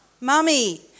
Mummy